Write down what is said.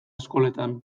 eskoletan